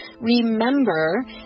remember